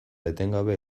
etengabe